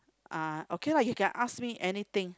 uh okay lah you can ask me anything